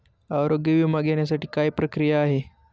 आरोग्य विमा घेण्यासाठी काय प्रक्रिया आहे?